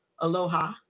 Aloha